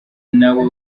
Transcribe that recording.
nawe